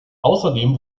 außerdem